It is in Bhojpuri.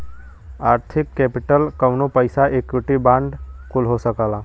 आर्थिक केपिटल कउनो पइसा इक्विटी बांड कुल हो सकला